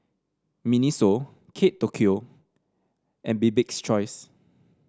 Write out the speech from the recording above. Miniso Kate Tokyo and Bibik's Choice